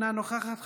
אינה נוכחת,